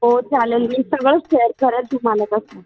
हो चालेल मी सगळं शेअर करेन तुम्हाला तसं